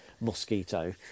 mosquito